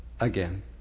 again